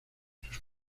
sus